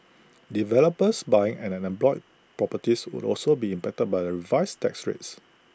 developers buying en bloc properties would also be impacted by the revised tax rates